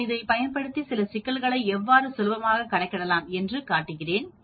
நான் இதைப் பயன்படுத்தி சில சிக்கல்களைச் எவ்வாறு சுலபமாக கணக்கிடலாம் என்று காட்டுகிறேன்